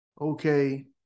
okay